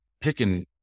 picking